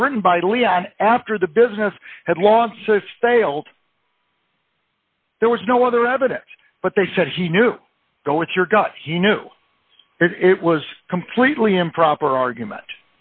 was written by leon after the business had lost so if failed there was no other evidence but they said he knew go with your gut he knew it was completely improper argument